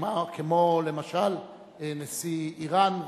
כמו למשל נשיא אירן.